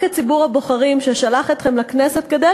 רק את ציבור הבוחרים ששלח אתכם לכנסת כדי